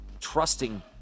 Trusting